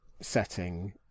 setting